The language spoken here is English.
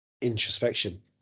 introspection